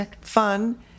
fun